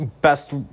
best